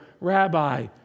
rabbi